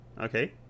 Okay